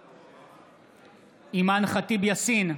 בעד אימאן ח'טיב יאסין,